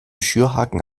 schürhaken